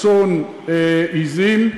צאן ועזים,